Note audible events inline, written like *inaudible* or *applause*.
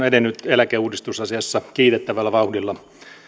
*unintelligible* edennyt eläkeuudistusasiassa kiitettävällä vauhdilla